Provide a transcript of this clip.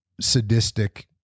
sadistic